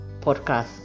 podcast